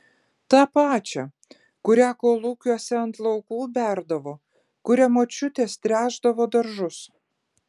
tą pačią kurią kolūkiuose ant laukų berdavo kuria močiutės tręšdavo daržus